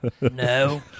No